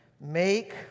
Make